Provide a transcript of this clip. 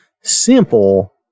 simple